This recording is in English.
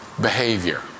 Behavior